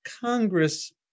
Congress